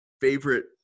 favorite